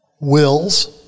wills